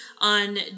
on